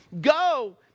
Go